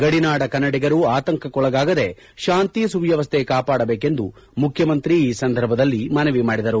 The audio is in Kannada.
ಗಡಿನಾಡ ಕನ್ನಡಿಗರು ಆತಂಕಕ್ಕೊಳಗಾಗದೇ ಶಾಂತಿ ಸುವ್ಧವಸ್ಥೆ ಕಾಪಾಡಬೇಕೆಂದು ಮುಖ್ಯಮಂತ್ರಿ ಈ ಸಂದರ್ಭದಲ್ಲಿ ಮನವಿ ಮಾಡಿದರು